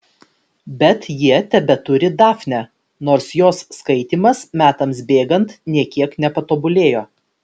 bet jie tebeturi dafnę nors jos skaitymas metams bėgant nė kiek nepatobulėjo